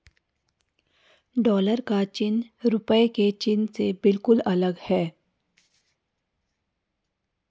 dollar का चिन्ह रूपए के चिन्ह से बिल्कुल अलग है